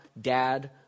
Dad